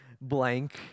blank